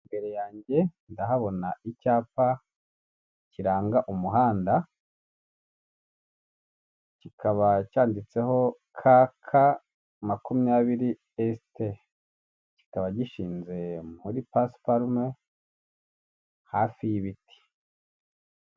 Imbere yanjye ndahabona icyapa kiranga umuhanda, kikaba cyanditseho ka ka makumyabiri esite, kikaba gishinze muri pasiparume hafi y'ibiti.